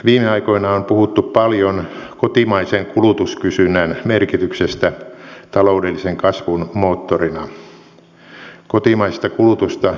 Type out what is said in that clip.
viime aikoina on puhuttu paljon kotimaisen kulutuskysynnän merkityksestä taloudellisen kasvun moottorina